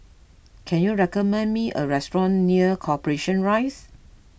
can you recommend me a restaurant near Corporation Rise